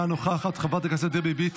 חנפן עלוב.